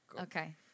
okay